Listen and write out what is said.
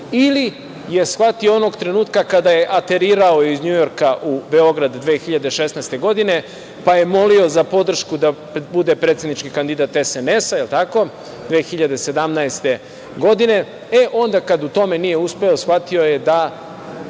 ili je shvatio onog trenutka kada je aterirao iz Njujorka u Beograd 2016. godine pa je molio za podršku da bude predsednički kandidat SNS, jel tako, 2017. godine? Onda kada u tome nije uspeo shvatio je da